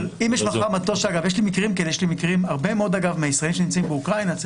הרבה מאוד מהישראלים שנמצאים באוקראינה הם